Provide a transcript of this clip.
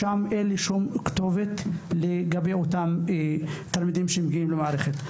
אך אין לי שום כתובת לפנות אליה לגבי אותם תלמידים שמגיעים משם למערכת.